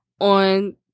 On